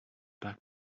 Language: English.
back